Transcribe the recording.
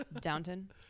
Downton